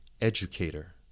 educator